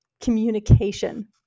Communication